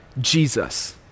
Jesus